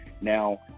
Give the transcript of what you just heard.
Now